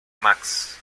max